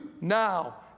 now